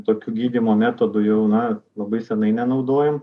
tokių gydymo metodų jau na labai seniai nenaudojam